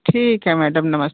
ठीक है मैडम नमस्ते